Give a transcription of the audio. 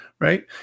right